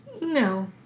No